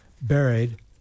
buried